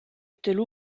étaient